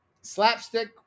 slapstick